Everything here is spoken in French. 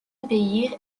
obéir